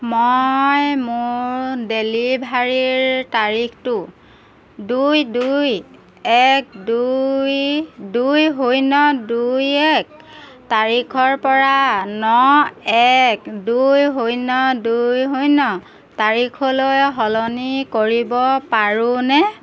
মই মোৰ ডেলিভাৰীৰ তাৰিখটো দুই দুই এক দুই দুই শূন্য দুই এক তাৰিখৰ পৰা ন এক দুই শূন্য দুই শূন্য তাৰিখলৈ সলনি কৰিব পাৰোঁনে